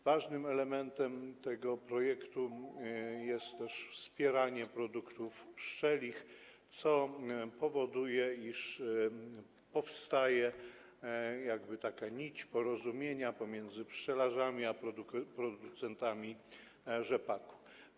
Ważnym elementem tego projektu jest też wspieranie produktów pszczelich, co powoduje, iż powstaje nić porozumienia pomiędzy pszczelarzami a producentami rzepaku.